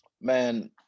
Man